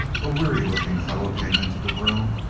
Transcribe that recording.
a weary-looking fellow came into the room,